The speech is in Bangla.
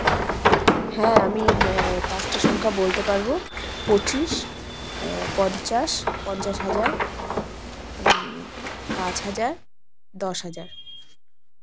হ্যাঁ আমি পাঁচটা সংখ্যা বলতে পারবো পঁচিশ পঞ্চাশ পঞ্চাশ হাজার পাঁচ হাজার দশ হাজার